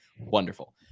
wonderful